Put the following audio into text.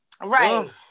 Right